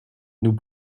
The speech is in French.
nous